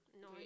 No